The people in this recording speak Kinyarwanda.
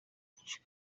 rwinshi